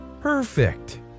Perfect